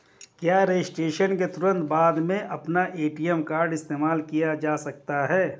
क्या रजिस्ट्रेशन के तुरंत बाद में अपना ए.टी.एम कार्ड इस्तेमाल किया जा सकता है?